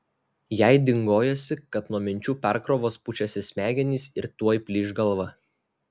jai dingojosi kad nuo minčių perkrovos pučiasi smegenys ir tuoj plyš galva